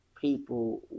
people